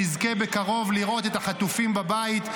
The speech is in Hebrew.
שנזכה בקרוב לראות את החטופים בבית,